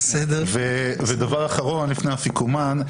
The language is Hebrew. דבר אחרון לפני האפיקומן.